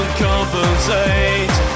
compensate